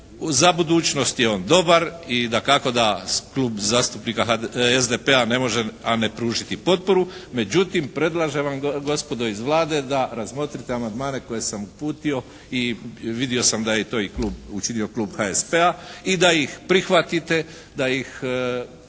Za budućnost je on dobar i dakako da Klub zastupnika SDP-a ne može a ne pružiti potporu. Međutim, predlažem vam gospodo iz Vlade da razmotrite amandmane koje sam uputio i vidio sam da je to učinio i klub HSP-a i da ih prihvatite, da ih